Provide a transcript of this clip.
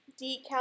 decal